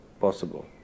Possible